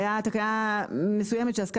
(ג) "בפסקה (2),